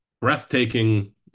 Breathtaking